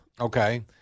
Okay